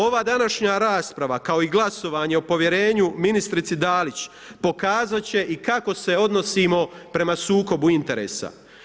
Ova današnja rasprava kao i glasovanje o povjerenju ministrici Dalić pokazat će i kako se odnosimo prema sukobu interesa.